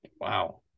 Wow